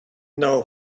know